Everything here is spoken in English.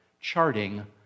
charting